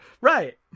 right